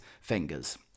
fingers